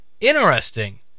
interesting